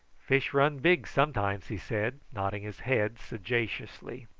fish run big, sometimes, he said, nodding his head sagaciously.